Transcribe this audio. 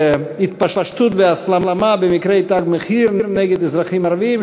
ההתפשטות וההסלמה במקרי "תג מחיר" נגד אזרחים ערבים,